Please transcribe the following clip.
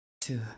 two